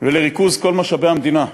ולריכוז כל משאבי המדינה: